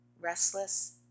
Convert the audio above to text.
restless